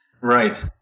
right